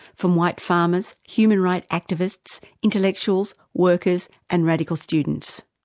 from white farmers, human rights activists, intellectuals, workers and radical students.